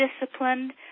disciplined